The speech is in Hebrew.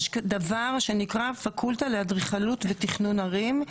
יש דבר שנקרא פקולטה לאדריכלות ותכנון ערים,